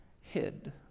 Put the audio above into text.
hid